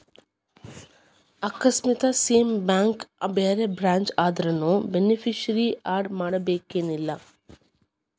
ಆಕಸ್ಮಾತ್ same bank ಬ್ಯಾರೆ branch ಆದ್ರುನೂ ಬೆನಿಫಿಸಿಯರಿ ಆಡ್ ಮಾಡಬೇಕನ್ತೆನಿಲ್ಲಾ